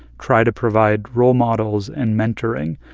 try to provide role models and mentoring.